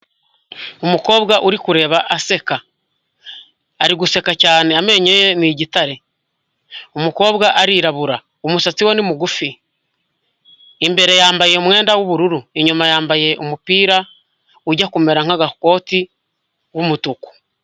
Umukobwa uri kureba aseka, ari guseka cyane amenyo ye ni igitare, umukobwa arirabura, umusatsi we ni mugufi, imbere yambaye umwenda w'ubururu inyuma yambaye umupira ujya kumera nk'agakoti w'umutuku.